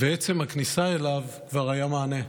ועצם הכניסה אליו כבר הייתה מענה,